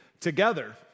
together